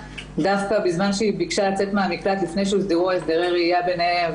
דווקא בזמן שהיא ביקשה לצאת מהמקלט לפני שהוסדרו הסדרי הראייה ביניהם.